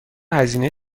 هزینه